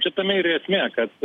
čia tame ir esmė kad